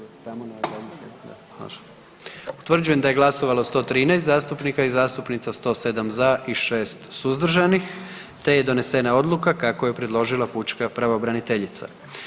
Utvrđujem da je glasovalo 113 zastupnika i zastupnica, 107 za i 6 suzdržanih, te je donesena odluka kako ju je predložila pučka pravobraniteljica.